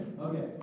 Okay